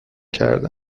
کرده